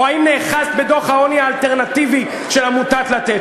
או האם נאחזת בדוח העוני האלטרנטיבי של עמותת "לתת"?